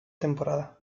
temporada